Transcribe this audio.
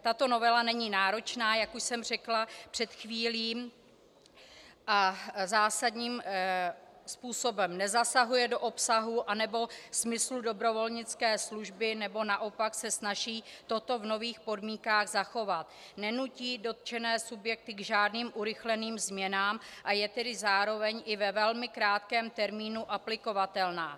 Tato novela není náročná, jak už jsem řekla před chvílí, a zásadním způsobem nezasahuje do obsahu nebo smyslu dobrovolnické služby, naopak se snaží toto v nových podmínkách zachovat, nenutí dotčené subjekty k žádným urychleným změnám, a je tedy zároveň i ve velmi krátkém termínu aplikovatelná.